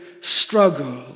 struggle